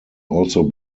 also